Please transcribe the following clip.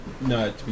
No